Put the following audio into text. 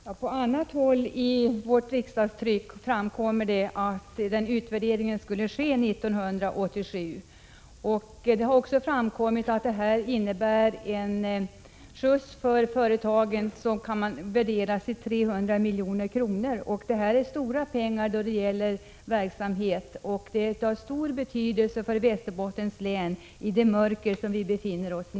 Fru talman! På ett annat ställe i vårt riksdagstryck står det att utvärderingen skall ske 1987. Det har också framkommit att det här innebär en skjuts för företagen, vilken kan värderas till 300 milj.kr. Detta är stora pengar när det gäller verksamheten. Pengarna är av stor betydelse för Västerbottens län i det mörker som länet nu befinner sig i.